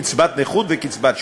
קצבת נכות וקצבת שאירים).